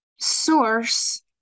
source